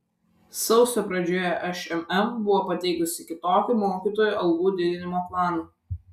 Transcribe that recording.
sausio pradžioje šmm buvo pateikusi kitokį mokytojų algų didinimo planą